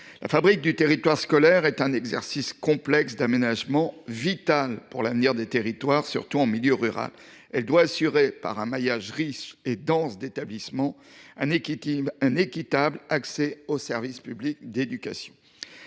La fabrique du territoire scolaire est un exercice complexe d’aménagement qui se révèle vital pour l’avenir des territoires, surtout en milieu rural. Elle doit assurer, par un maillage riche et dense d’établissements, un équitable accès au service public de l’éducation.